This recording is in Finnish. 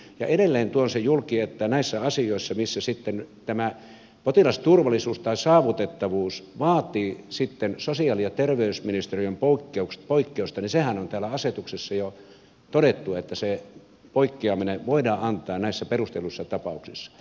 ja edelleen tuon sen julki että mitä tulee näihin asioihin missä tämä potilasturvallisuus tai saavutettavuus vaatii sosiaali ja terveysministeriön poikkeusta niin sehän on täällä asetuksissa jo todettu että se poikkeaminen voidaan antaa näissä perustelluissa tapauksissa